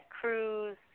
Cruz